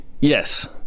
Yes